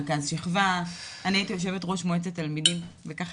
רכז שכבה ואני הייתי יושבת ראש מועצת התלמידים וככה